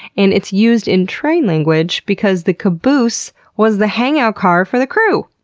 and it's used in train-language because the caboose was the hangout car for the crew.